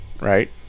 right